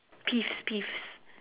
peeves peeves